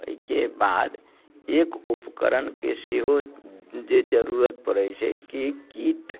ओहिके बाद एक उपकरणके सेहो जे जरूरत पड़ैत छै कि कीट